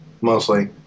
mostly